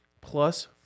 plus